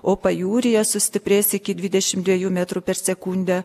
o pajūryje sustiprės iki dvidešim dviejų metrų per sekundę